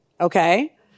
Okay